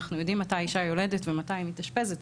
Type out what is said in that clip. אנחנו יודעים מתי אישה יולדת ומתי היא מתאשפזת,